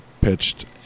pitched